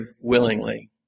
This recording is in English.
willingly